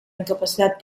incapacitat